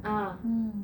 mm